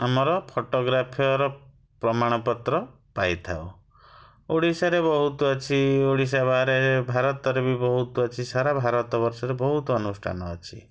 ଆମର ଫୋଟୋଗ୍ରାଫ୍ର ପ୍ରମାଣ ପତ୍ର ପାଇଥାଉ ଓଡ଼ିଶାରେ ବହୁତ ଅଛି ଓଡ଼ିଶା ବାହାରେ ଭାରତରେ ବି ବହୁତ ଅଛି ସାରା ଭାରତ ବର୍ଷରେ ବହୁତ ଅନୁଷ୍ଠାନ ଅଛି